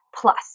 plus